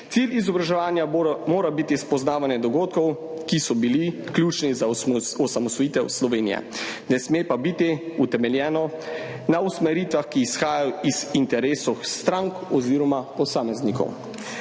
Cilj izobraževanja mora biti spoznavanje dogodkov, ki so bili ključni za osamosvojitev Slovenije, ne sme pa biti utemeljen na usmeritvah, ki izhajajo iz interesov strank oziroma posameznikov.